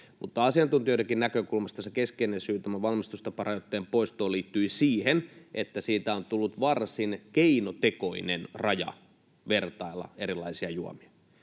Mutta asiantuntijoidenkin näkökulmasta se keskeinen syy tämän valmistustaparajoitteen poistoon liittyi siihen, että siitä on tullut varsin keinotekoinen raja vertailla erilaisia juomia